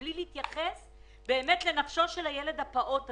לא התייחסו לנפשו של הילד הפעוט הזה.